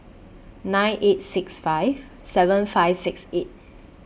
nine eight six five seven five six eight